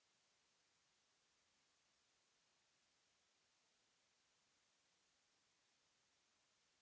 Merci,